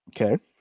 okay